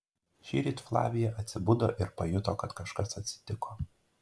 šįryt flavija atsibudo ir pajuto kad kažkas atsitiko